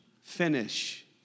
Finish